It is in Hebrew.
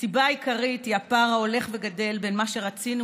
הסיבה העיקרית היא הפער ההולך וגדל בין מה שרצינו